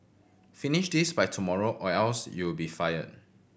finish this by tomorrow or else you'll be fired